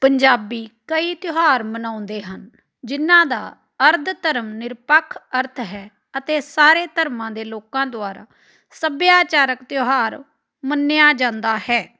ਪੰਜਾਬੀ ਕਈ ਤਿਉਹਾਰ ਮਨਾਉਂਦੇ ਹਨ ਜਿਨ੍ਹਾਂ ਦਾ ਅਰਧ ਧਰਮ ਨਿਰਪੱਖ ਅਰਥ ਹੈ ਅਤੇ ਸਾਰੇ ਧਰਮਾਂ ਦੇ ਲੋਕਾਂ ਦੁਆਰਾ ਸੱਭਿਆਚਾਰਕ ਤਿਉਹਾਰ ਮੰਨਿਆ ਜਾਂਦਾ ਹੈ